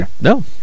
no